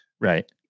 Right